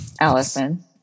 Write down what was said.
Allison